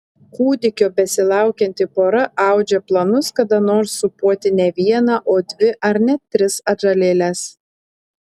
kūdikio besilaukianti pora audžia planus kada nors sūpuoti ne vieną o dvi ar net tris atžalėles